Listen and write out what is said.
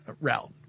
route